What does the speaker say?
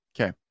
Okay